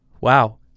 Wow